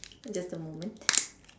just a moment